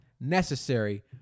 necessary